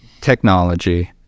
technology